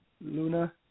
Luna